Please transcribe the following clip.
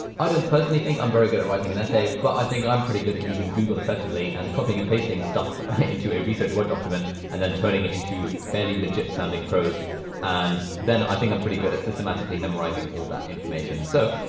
i don't personally think i'm very good at writing an essay, but i think i'm pretty good at using google effectively and copying and pasting stuff into a research word document and then turning it into fairly legit sounding prose and then, i think i'm pretty good at systematically memorizing all that information. so,